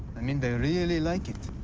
i mean, they really like it.